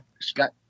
Scott